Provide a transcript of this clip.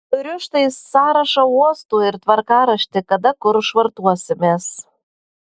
turiu štai sąrašą uostų ir tvarkaraštį kada kur švartuosimės